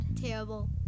terrible